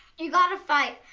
you've gotta fight,